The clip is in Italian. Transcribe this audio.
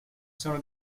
sono